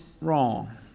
wrong